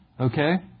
okay